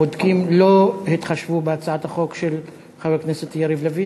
כנראה הבודקים לא התחשבו בהצעת החוק של חבר הכנסת יריב לין,